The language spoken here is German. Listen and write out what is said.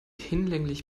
hinlänglich